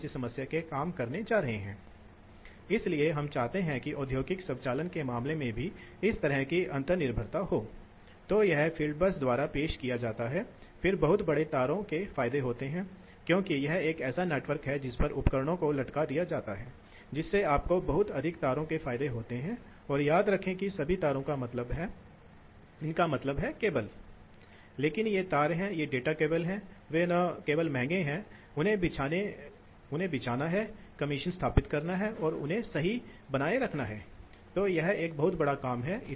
हां इसलिए यहां अब हम आते हैं कि एक ऑपरेटिंग Operating पॉइंट Point कैसे स्थापित किया जाता है इसलिए आप देखें जैसे याद रखें कि जब हम जब हम अपने सर्किट कोर्स में ऑपरेटिंग Operating पॉइंट Point की गणना करते हैं तो हम आकर्षित करते हैं कि लोड लाइन के रूप में क्या जाना जाता है सही